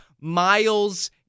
Miles